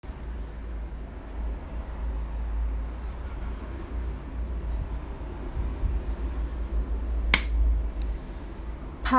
part